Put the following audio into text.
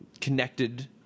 connected